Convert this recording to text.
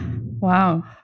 Wow